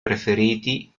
preferiti